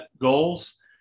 goals